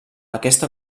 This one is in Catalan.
aquesta